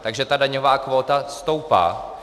Takže ta daňová kvóta stoupá.